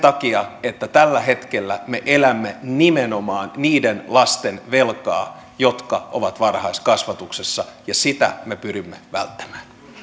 takia että tällä hetkellä me elämme nimenomaan niiden lasten velkaa jotka ovat varhaiskasvatuksessa ja sitä me pyrimme välttämään